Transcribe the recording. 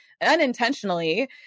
unintentionally